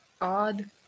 odd